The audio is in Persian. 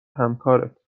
همکارت